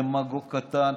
דמגוג קטן,